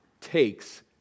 takes